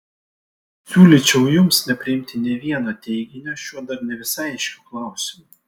siūlyčiau jums nepriimti nė vieno teiginio šiuo dar ne visai aiškiu klausimu